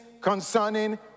concerning